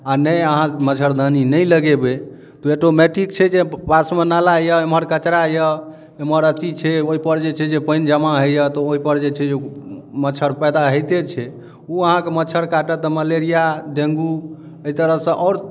आ नहि अहाँ मच्छरदानी नहि लगेबै तऽ औटोमैटिक छै जे पासमे नाला यऽ एमहर कचरा यऽ एमहर अथी छै ओहि पर जे छै जे पानि जमा होइए तऽ ओहि पर जे छै मच्छर पैदा होइते छै ओ अहाँकेँ मच्छर काटत मलेरिआ डेङ्गु एहि तरहसँ आओर